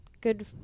good